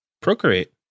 procreate